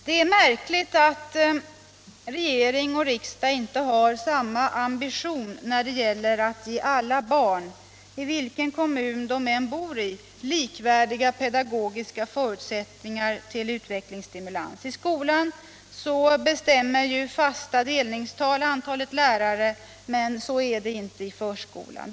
Det är märkligt att regering och riksdag inte har samma ambition när det gäller att ge alla barn, i vilken kommun de än bor, likvärdiga pedagogiska förutsättningar för utvecklingsstimulans. I skolan bestämmer fasta delningstal antalet lärare, men så är det inte i förskolan.